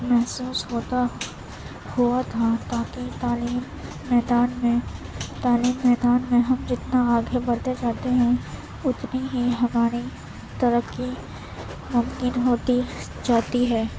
محسوس ہوتا ہوا تھا تاکہ تعلیمی میدان میں تعلیمی میدان میں ہم جتنا آگے بڑھتے جاتے ہیں اتنی ہی ہماری ترقی ممکن ہوتی جاتی ہے